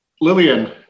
Lillian